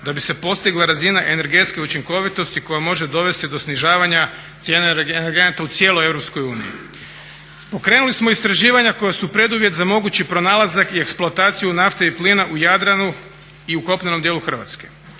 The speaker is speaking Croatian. da bi se postigla razina energetske učinkovitosti koja može dovesti do snižavanja cijena energenata u cijeloj Europskoj uniji. Pokrenuli smo istraživanja koja su preduvjet za mogući pronalazak i eksploataciju nafte i plina u Jadranu i u kopnenom dijelu Hrvatske.